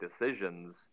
decisions